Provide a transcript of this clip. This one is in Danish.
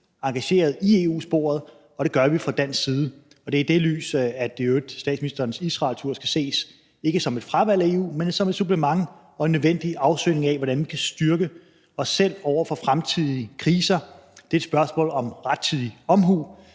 engageret i EU-sporet, og det gør vi fra dansk side. Og det er i øvrigt i det lys, at statsministerens Israeltur skal ses, ikke som et fravalg af EU, men som et supplement og som en nødvendig afsøgning af, hvordan vi kan styrke os selv over for fremtidige kriser. Det er et spørgsmål om rettidig omhu.